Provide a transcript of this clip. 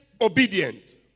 obedient